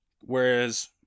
Whereas